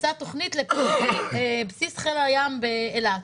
יצאה תוכנית לבסיס חיל הים באילת.